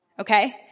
okay